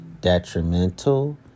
detrimental